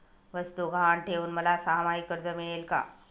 वस्तू गहाण ठेवून मला सहामाही कर्ज मिळेल का?